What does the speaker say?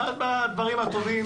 אחד, בדברים הטובים